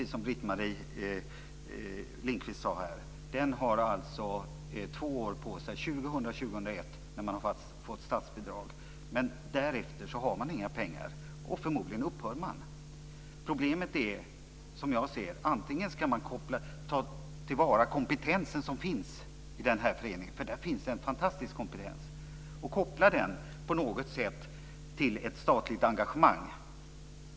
Som Britt-Marie Lindkvist har sagt har den fått statsbidrag för två år, 2000 och 2001, men därefter har den inga pengar, och förmodligen upphör den därefter. En möjlighet är, som jag ser det, att ta till vara den kompetens som finns i den här föreningen - det är en fantastisk kompetens - och på något sätt koppla den till ett statligt engagemang.